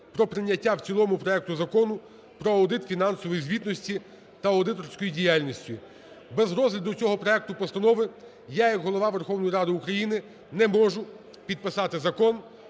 про прийняття в цілому проекту Закону про аудит фінансової звітності та аудиторську діяльність. Без розгляду цього проекту постанови я як Голова Верховної Ради України не можу підписати закон,